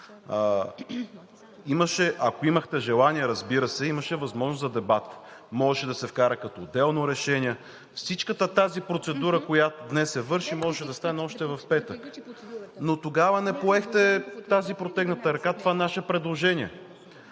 ако имахте желание, разбира се. Имаше възможност за дебат, можеше да се вкара като отделно решение. Всичката тази процедура, която днес се върши, можеше да стане още в петък, но тогава не поехте тази протегната ръка – това наше предложение.